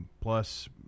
Plus